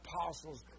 apostles